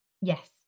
Yes